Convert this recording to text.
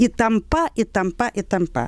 įtampa įtampa įtampa